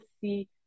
see